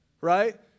Right